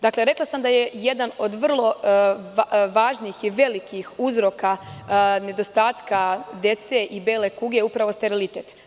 Dakle, rekla sam da je jedan od vrlo važnih i velikih uzroka nedostatka dece i bele kuge, upravo sterilitet.